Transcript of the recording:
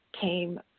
came